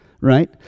right